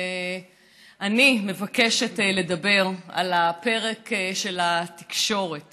אני מבקשת לדבר על הפרק של התקשורת